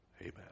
Amen